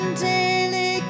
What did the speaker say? daily